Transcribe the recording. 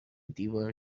دیوار